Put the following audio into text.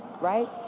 right